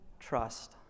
trust